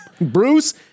Bruce